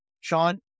Sean